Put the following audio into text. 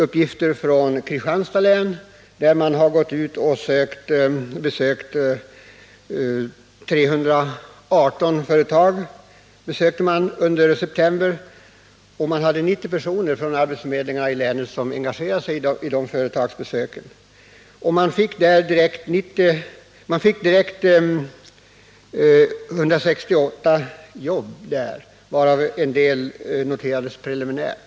Länsarbetsnämnden i Kristianstads län har under september besökt 318 företag. 90 personer från arbetsförmedlingarna i länet engagerade sig i dessa företagsbesök. Genom den satsningen fick man 168 jobb, varav en del noterades preliminärt.